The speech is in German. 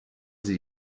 sie